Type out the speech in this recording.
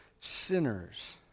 sinners